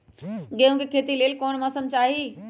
गेंहू के खेती के लेल कोन मौसम चाही अई?